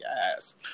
yes